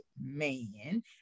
man